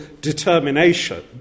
determination